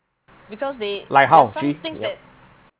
like how